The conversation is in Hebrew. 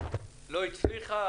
היא לא הצליחה?